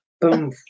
boom